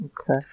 Okay